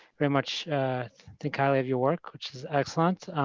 very much think highly of your work, which is excellent.